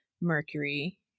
Mercury